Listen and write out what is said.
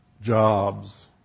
jobs